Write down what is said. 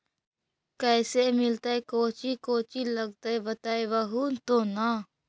कैसे मिलतय कौची कौची लगतय बतैबहू तो न?